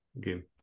game